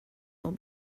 will